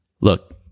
Look